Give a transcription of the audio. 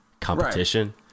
competition